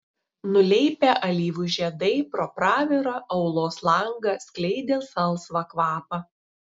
nuleipę alyvų žiedai pro pravirą aulos langą skleidė salsvą kvapą